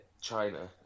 China